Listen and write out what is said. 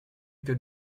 que